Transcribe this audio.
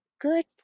Good